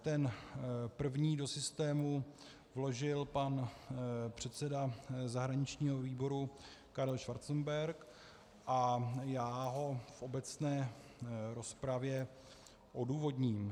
Ten první do systému vložil pan předseda zahraničního výboru Karel Schwarzenberg a já ho v obecné rozpravě odůvodním.